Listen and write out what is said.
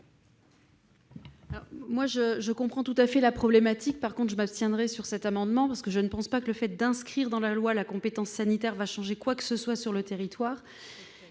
vote. Je comprends tout à fait la problématique, mais je m'abstiendrai sur cet amendement. Je ne pense pas que le fait d'inscrire dans la loi la compétence sanitaire changera quoi que ce soit sur le territoire.